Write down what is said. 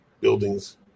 buildings